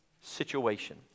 situation